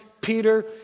Peter